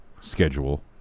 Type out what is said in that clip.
schedule